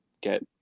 get